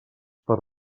per